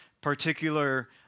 particular